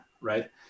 right